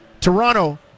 Toronto